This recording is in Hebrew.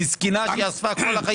לזקנה שאספה כל החיים?